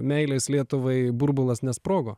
meilės lietuvai burbulas nesprogo